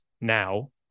now